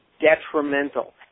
detrimental